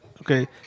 Okay